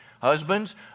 Husbands